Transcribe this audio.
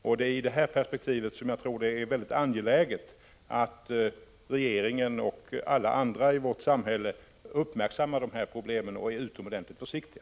I det perspektivet är det mycket angeläget att regeringen och alla andra i vårt samhälle uppmärksammar problemen på detta område och är utomordentligt försiktiga.